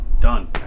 Done